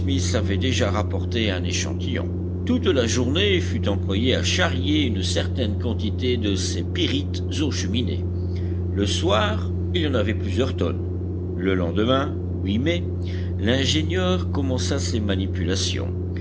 avait déjà rapporté un échantillon toute la journée fut employée à charrier une certaine quantité de ces pyrites aux cheminées le soir il y en avait plusieurs tonnes le lendemain mai l'ingénieur commença ses manipulations